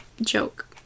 joke